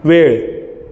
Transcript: वेळ